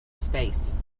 space